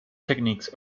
techniques